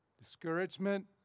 discouragement